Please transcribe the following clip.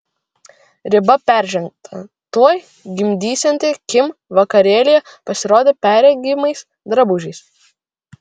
riba peržengta tuoj gimdysianti kim vakarėlyje pasirodė perregimais drabužiais